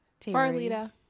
Farlita